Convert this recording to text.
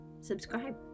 subscribe